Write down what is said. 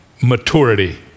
maturity